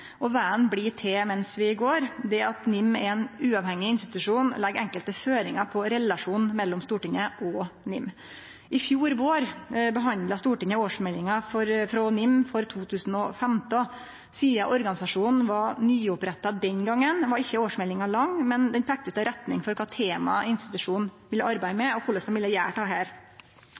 og vegen blir til medan vi går. Det at NIM er ein uavhengig institusjon, legg enkelte føringar for relasjonen mellom Stortinget og NIM. I fjor vår behandla Stortinget årsmeldinga frå NIM for 2015. Sidan organisasjonen var nyoppretta den gongen, var ikkje årsmeldinga lang, men den peikte ut ei retning for kva tema institusjonen ville arbeide med, og korleis dei ville gjere dette.